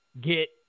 get